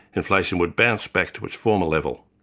inflation would bounce back to its former level.